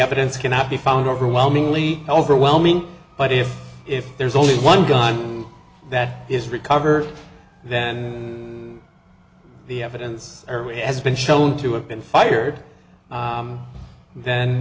evidence cannot be found overwhelmingly overwhelming but if if there's only one gun that is recovered then the evidence has been shown to have been fired then